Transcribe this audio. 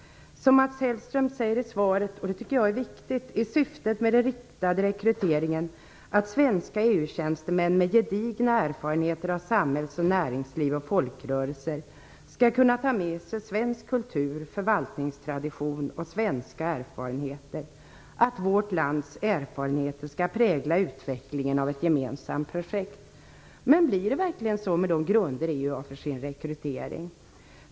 Som Mats Hellström säger i svaret är syftet med den riktade rekryteringen att svenska EU-tjänstemän med gedigna erfarenheter av samhälls och näringsliv och folkrörelser skall kunna ta med sig svensk kultur, förvaltningstradition och svenska erfarenheter, och det tycker jag är viktigt. Vårt lands erfarenheter skall prägla utvecklingen av ett gemensamt projekt. Men blir det verkligen så med de grunder EU har för sin rekrytering.